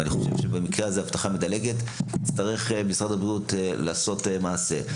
אז אני חושב שבמקרה הזה יצטרך משרד הבריאות לעשות מעשה,